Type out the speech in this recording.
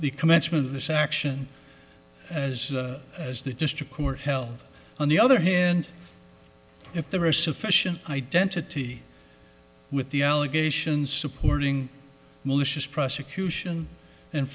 the commencement of this action as as the district court held on the other hand if there is sufficient identity with the allegations supporting malicious prosecution and